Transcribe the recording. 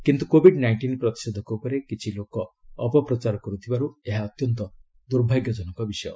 କିନ୍ତୁ Covid nineteen ପ୍ରତିଷେଧକ ଉପରେ କିଛି ଲୋକ ଅପପ୍ରଚାର କରୁଥିବାରୁ ଏହା ଅତ୍ୟନ୍ତ ଦୁର୍ଭାଗ୍ୟଜନକ ବିଷୟ